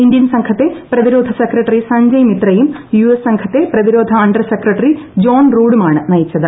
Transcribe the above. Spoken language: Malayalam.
ഇൻഡ്യൻ് സംഘത്തെ പ്രതിരോധ സെക്രട്ടറി സഞ്ജയ് മിത്രയും യു എസ്സ് സംഘത്തെ പ്രതിരോധ അണ്ടർ സെക്രട്ടറി ജോൺ റൂഡുമാണ് നയിച്ചത്